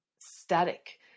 static